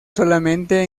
solamente